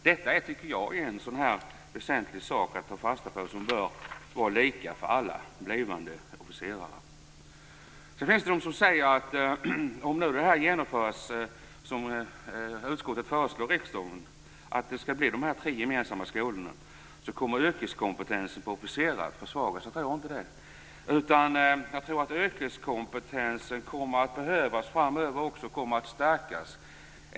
Detta tycker jag är en sådan väsentlig sak att ta fasta på som bör vara lika för alla blivande officerare. Det finns de som säger att om man genomför det som utskottet föreslår riksdagen, nämligen att det skall bli tre gemensamma skolor, så kommer yrkeskompetensen hos officerare att försvagas. Jag tror inte det. Jag tror att yrkeskompetensen kommer att behövas även framöver och att den kommer att stärkas.